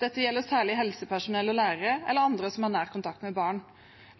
Dette gjelder særlig helsepersonell, lærere og andre som har nær kontakt med barn.